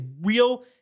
real